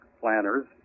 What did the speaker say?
planners